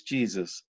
Jesus